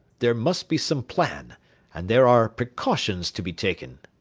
there must be some plan and there are precautions to be taken.